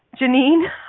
Janine